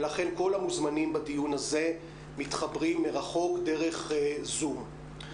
ולכן כל המוזמנים בדיון הזה מתחברים מרחוק דרך zoom.